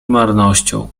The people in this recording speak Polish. marnością